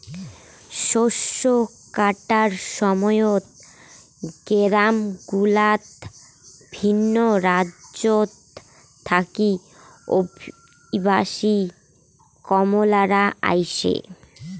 শস্য কাটার সময়ত গেরামগুলাত ভিন রাজ্যত থাকি অভিবাসী কামলারা আইসে